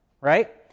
right